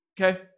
Okay